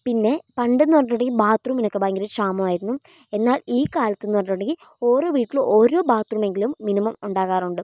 പിന്നെ പണ്ടെന്നു പറഞ്ഞിട്ടുണ്ടെങ്കിൽ ബാത്ത് റൂമിനൊക്കെ ഭയങ്കര ക്ഷാമമായിരുന്നു എന്നാൽ ഈ കാലത്ത് എന്നു പറഞ്ഞിട്ടുണ്ടെങ്കിൽ ഓരോ വീട്ടിലും ഓരോ ബാത്ത് റൂമെങ്കിലും മിനിമം ഉണ്ടാകാറുണ്ട്